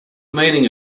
meaning